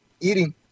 eating